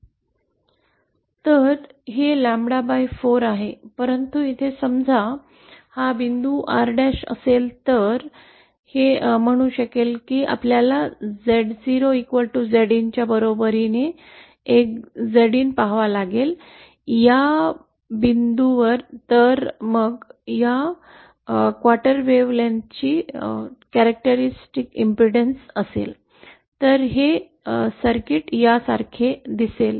तर हे ƛ4 आहे परंतु येथे समजा हा बिंदू R डॅश असेल तर हे म्हणू शकेल की आपल्याला Z0 Zin च्या बरोबरीने एक Zin पहावा लागेल या बिंदू तर मग या क्वार्टर तरंगलांबीची वैशिष्ट्यपूर्ण अडचण असेल तर हे सर्किट या सारखे दिसेल